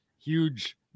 huge